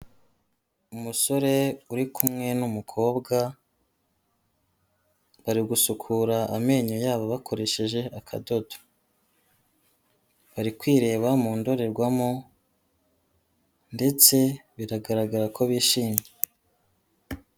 Umusore uri kumwe n'umukobwa bari gukura amenyo yabo bakoresheje akadodo, bari kwireba mu ndorerwamo ndetse biragaragara ko bishimye.